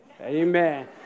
Amen